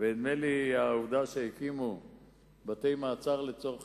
ונדמה לי שהעובדה שהקימו בתי-מעצר לצורך